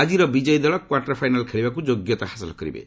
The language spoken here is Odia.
ଆଜିର ବିଜୟୀ ଦଳ କ୍ୱାର୍ଟର ଫାଇନାଲ୍ ଖେଳିବାକୁ ଯୋଗ୍ୟତା ହାସଲ କରିବେ